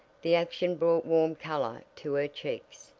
the action brought warm color to her cheeks.